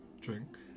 drink